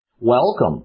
Welcome